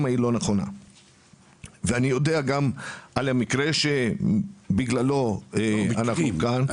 אני גם יודע על המקרה שבגללו אנחנו כאן.